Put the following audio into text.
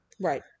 Right